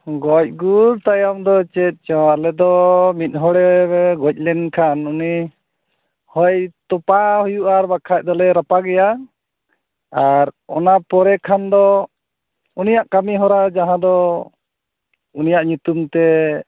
ᱜᱚᱡ ᱜᱩᱨ ᱛᱟᱭᱚᱢ ᱫᱚ ᱪᱮᱫ ᱪᱚᱝ ᱟᱞᱮᱫᱚ ᱢᱤᱫᱦᱚᱲᱮ ᱜᱚᱡ ᱞᱮᱱᱠᱷᱟᱱ ᱩᱱᱤ ᱦᱚᱭ ᱛᱚᱯᱟ ᱦᱩᱭᱩᱜᱼᱟ ᱟᱨ ᱵᱟᱝᱠᱷᱟᱱ ᱫᱚ ᱨᱟᱯᱟᱜᱮᱭᱟ ᱟᱨ ᱚᱱᱟ ᱯᱚᱨᱮ ᱠᱷᱟᱱᱫᱚ ᱩᱱᱤᱭᱟᱜ ᱠᱟᱹᱢᱤ ᱦᱚᱨᱟ ᱡᱟᱦᱟᱫᱚ ᱩᱱᱤᱭᱟᱜ ᱧᱩᱛᱩᱢ ᱛᱮ